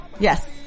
Yes